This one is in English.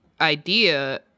idea